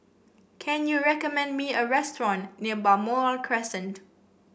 can you recommend me a restaurant near Balmoral Crescent